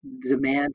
Demand